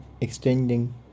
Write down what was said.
extending